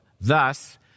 Thus